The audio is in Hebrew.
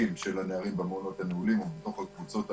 של הנערים במעונות הנעולים או בתוך הקבוצות הנעולות.